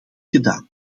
gedaan